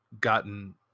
gotten